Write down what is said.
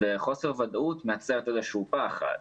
חוסר ודאות מייצר איזשהו פחד.